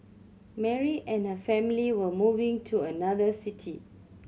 Mary and her family were moving to another city